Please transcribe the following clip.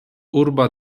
urba